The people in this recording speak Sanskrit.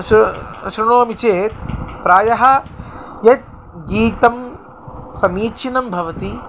श् श्रुणोमि चेत् प्रायः यद् गीतं समीचीनं भवति